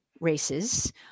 races